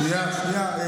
שנייה,